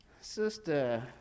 Sister